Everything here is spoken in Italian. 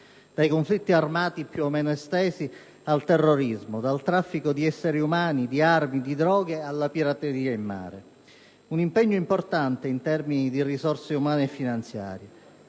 dai conflitti armati più o meno estesi, al terrorismo, dal traffico di esseri umani, di armi e di droghe, alla pirateria in mare. Un impegno importante in termini di risorse umane e finanziarie.